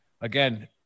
again